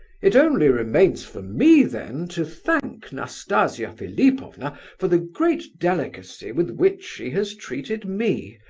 it only remains for me, then, to thank nastasia philipovna for the great delicacy with which she has treated me,